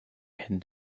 had